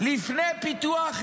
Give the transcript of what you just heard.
לפני פיתוח,